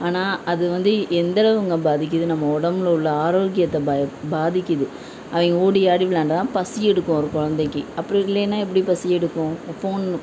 ஆனால் அது வந்து எந்தளவுங்க பாதிக்குது நம்ம உடம்புல உள்ள ஆரோக்கியத்தை பா பாதிக்குது அவங்க ஓடி ஆடி விளாயாண்டா தான் பசி எடுக்கும் ஒரு குழந்தைக்கு அப்படி இல்லைன்னா எப்படி பசி எடுக்கும் இப்போ ஃபோன்